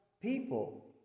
people